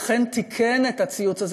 אכן תיקן את הציוץ הזה,